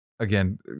Again